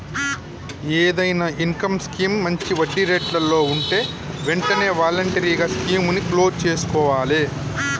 ఏదైనా income scheme మంచి వడ్డీరేట్లలో వుంటే వెంటనే వాలంటరీగా స్కీముని క్లోజ్ చేసుకోవాలే